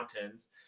mountains